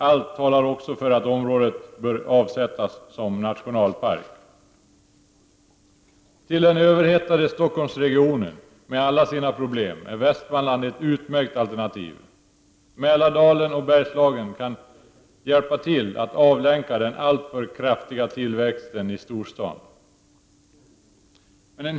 Allt talar också för att området bör avsättas som nationalpark. Till den överhettade Stockholmsregionen med alla dess problem är Västmanland ett utmärkt alternativ. Mälardalen och Bergslagen kan hjälpa till att avlänka den alltför kraftiga tillväxten i storstaden.